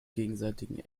gegenseitigen